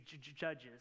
Judges